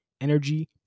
energy